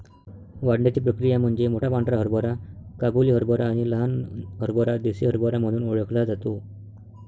वाढण्याची प्रक्रिया म्हणजे मोठा पांढरा हरभरा काबुली हरभरा आणि लहान हरभरा देसी हरभरा म्हणून ओळखला जातो